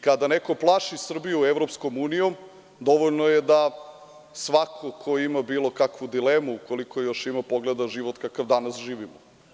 Kada neko plaši Srbiju EU dovoljno je da svako ko ima bilo kakvu dilemu ukoliko još ima, pogleda život kakav danas živimo.